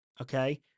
Okay